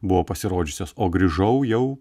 buvo pasirodžiusios o grįžau jau